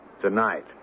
Tonight